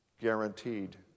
guaranteed